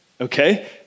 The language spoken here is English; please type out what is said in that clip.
Okay